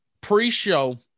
Pre-show